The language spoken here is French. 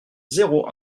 zéro